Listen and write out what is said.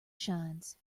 shines